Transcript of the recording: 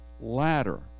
ladder